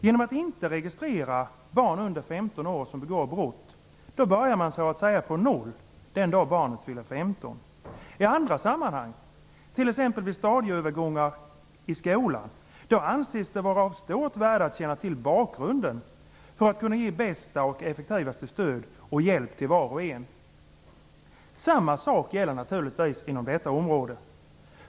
Genom att inte registrera barn under 15 år som begår brott börjar man så att säga på noll den dag barnet fyller 15. I andra sammanhang, t.ex. vid stadieövergångar i skolan, anses det vara av stort värde att känna till bakgrunden, för att kunna ge bästa och effektivaste stöd och hjälp till var och en. Samma sak gäller naturligtvis inom detta område.